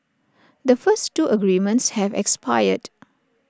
the first two agreements have expired